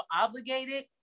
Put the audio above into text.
obligated